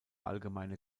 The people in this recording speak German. allgemeine